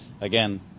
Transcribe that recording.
again